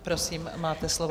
Prosím, máte slovo.